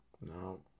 no